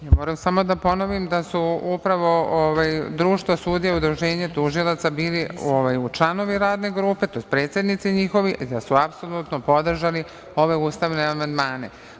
Ja moram samo da ponovim da su upravo Društvo sudija i Udruženje tužilaca bili članovi Radne grupe, tj. predsednici njihovi i da su apsolutno podržali ove ustavne amandmane.